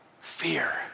fear